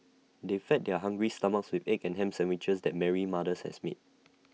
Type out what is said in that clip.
they fed their hungry stomachs with egg and Ham Sandwiches that Mary's mothers has made